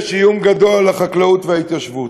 יש איום גדול על החקלאות וההתיישבות.